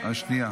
השנייה